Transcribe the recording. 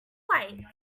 like